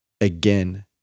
again